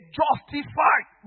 justified